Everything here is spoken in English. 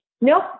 nope